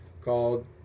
called